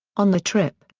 on the trip,